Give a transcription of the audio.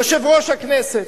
יושב-ראש הכנסת,